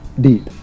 deep